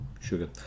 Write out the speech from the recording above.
Sugar